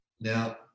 Now